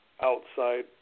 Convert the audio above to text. outside